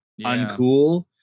uncool